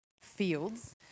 fields